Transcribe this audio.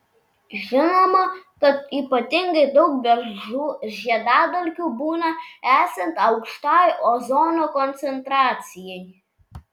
žinoma kad ypatingai daug beržų žiedadulkių būna esant aukštai ozono koncentracijai